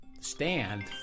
stand